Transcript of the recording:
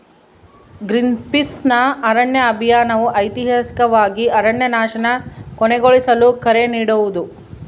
ಗ್ರೀನ್ಪೀಸ್ನ ಅರಣ್ಯ ಅಭಿಯಾನವು ಐತಿಹಾಸಿಕವಾಗಿ ಅರಣ್ಯನಾಶನ ಕೊನೆಗೊಳಿಸಲು ಕರೆ ನೀಡೋದು